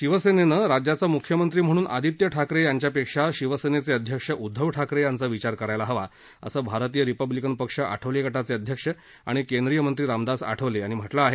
शिवसेनेनं राज्याचा मुख्यमंत्री म्हणून आदित्य ठाकरे यांच्यापेक्षा शिवसेनेचे अध्यक्ष उदधव ठाकरे यांचा विचार करायला हवा असं भारतीय रिपब्लीकन पक्ष आठवले गटाचे अध्यक्ष आणि केंद्रीय मंत्री रामदास आठवले यांनी म्हटलं आहे